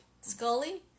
Scully